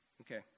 Okay